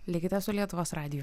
likite su lietuvos radiju